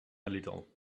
little